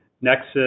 Nexus